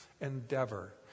endeavor